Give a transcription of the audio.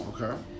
Okay